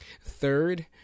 Third